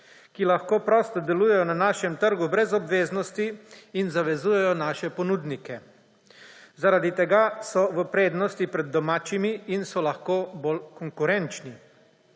ki lahko prosto delujejo na našem trgu brez obveznosti in zavezujejo naše ponudnike. Zaradi tega so v prednosti pred domačimi in so lahko bolj konkurenčni.